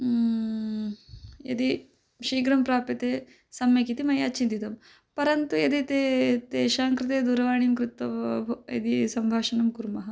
यदि शीघ्रं प्राप्यते सम्यक् इति मया चिन्तितं परन्तु यदि ते तेषां कृते दूरवाणीं कृत्वा यदि सम्भाषणं कुर्मः